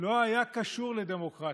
לא היה קשור לדמוקרטיה,